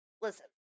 listen